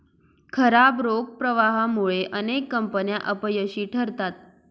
खराब रोख प्रवाहामुळे अनेक कंपन्या अपयशी ठरतात